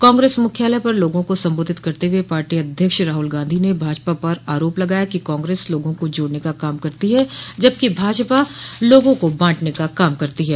कांग्रेस मुख्यालय पर लोगों को संबोधित करते हुए पार्टी अध्यक्ष राहल गांधी ने भाजपा पर आरोप लगाया कि कांग्रेस लोगों को जोड़ने का काम करती है जबकि भाजपा लोगों को बांटने का काम करती है